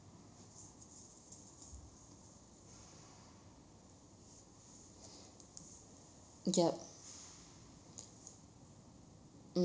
yup